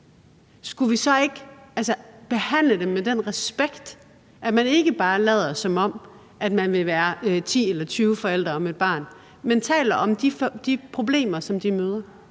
Skulle vi så ikke behandle det med den respekt, at man ikke bare lader, som om der kan være 10 eller 20 forældre om et barn, men taler om de problemer, som de familier